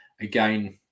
Again